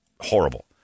horrible